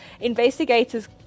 Investigators